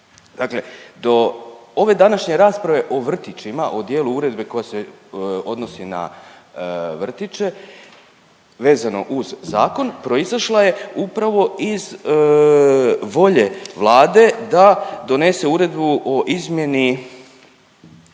Dakle, do ove današnje rasprave o vrtićima o dijelu uredbe koja se odnosi na vrtiće, vezano uz zakon, proizašla je upravo iz volje Vlade da donese uredbu o izmjeni